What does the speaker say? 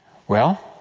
well,